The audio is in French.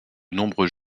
nombreux